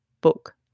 book